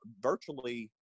virtually